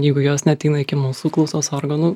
jeigu jos neateina iki mūsų klausos organų